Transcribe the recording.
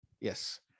Yes